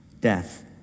death